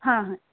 হ্যাঁ হ্যাঁ